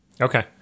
Okay